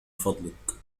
فضلك